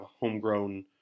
homegrown